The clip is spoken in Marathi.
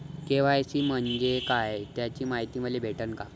के.वाय.सी म्हंजे काय त्याची मायती मले भेटन का?